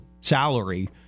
Salary